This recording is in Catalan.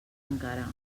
encara